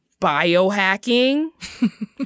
biohacking